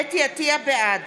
נגד יואב קיש, בעד